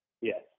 Yes